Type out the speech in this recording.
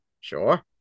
Sure